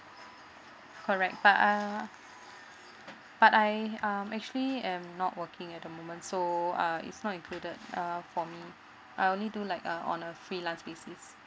correct but uh but I um actually am not working at the moment so uh it's not included uh for me I only do like uh on a freelance basis